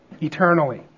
eternally